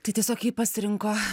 tai tiesiog ji pasirinko